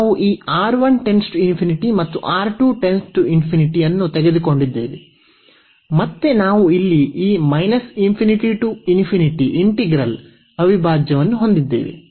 ನಾವು ಈ R1 →∞ ಮತ್ತು R2 →∞ ಅನ್ನು ತೆಗೆದುಕೊಂಡಿದ್ದೇವೆ ಮತ್ತೆ ನಾವು ಇಲ್ಲಿ ಈ ಅವಿಭಾಜ್ಯವನ್ನು ಹೊಂದಿದ್ದೇವೆ